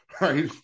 right